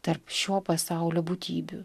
tarp šio pasaulio būtybių